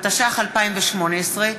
התשע"ח 2018,